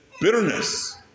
bitterness